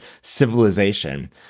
civilization